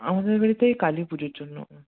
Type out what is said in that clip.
আমাদের বাড়িতে এই কালীপুজোর জন্য